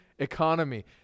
economy